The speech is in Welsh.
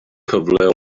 cyfle